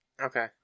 Okay